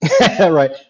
right